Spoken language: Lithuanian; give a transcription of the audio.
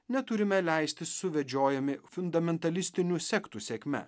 neturime leistis suvedžiojami fundamentalistinių sektų sėkme